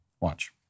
Watch